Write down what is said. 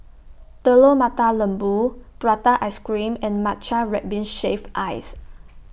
Telur Mata Lembu Prata Ice Cream and Matcha Red Bean Shaved Ice